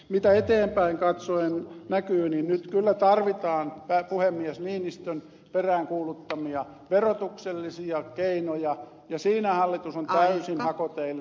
mitä eteenpäin katsoen näkyy niin nyt kyllä tarvitaan puhemies niinistön peräänkuuluttamia verotuksellisia keinoja ja siinä hallitus on täysin hakoteillä